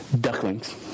ducklings